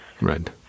Right